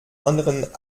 anderen